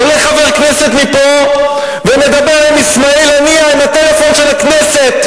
עולה חבר כנסת מפה ומדבר עם אסמאעיל הנייה בטלפון של הכנסת.